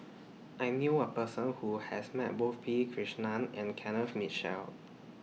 I knew A Person Who has Met Both P Krishnan and Kenneth Mitchell